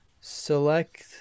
Select